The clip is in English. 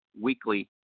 weekly